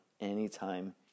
anytime